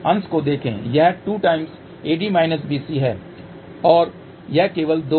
अंश को देखें यह 2 है और यह केवल 2 है